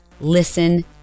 listen